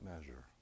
measure